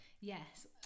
Yes